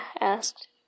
asked